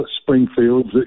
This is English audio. Springfields